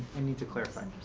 i need to clarify.